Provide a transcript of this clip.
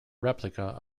replica